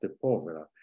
Povera